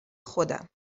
خودم